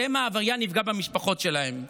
שמא העבריין יפגע במשפחות שלהם.